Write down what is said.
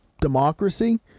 democracy